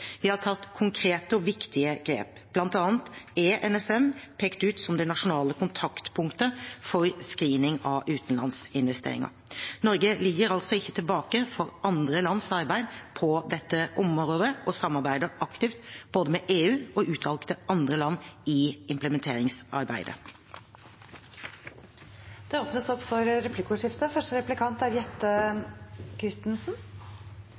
Vi har tatt konkrete og viktige grep. Blant annet er NSM pekt ut som det nasjonale kontaktpunktet for screening av utenlandsinvesteringer. Norge ligger altså ikke tilbake for andre lands arbeid på dette området og samarbeider aktivt både med EU og utvalgte andre land i implementeringsarbeidet. Det blir replikkordskifte.